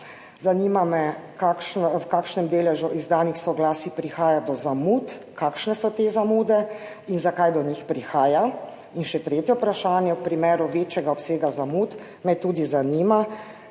rok? V kakšnem deležu izdanih soglasij prihaja do zamud? Kakšne so te zamude in zakaj do njih prihaja? In še tretje vprašanje. V primeru večjega obsega zamud me zanima: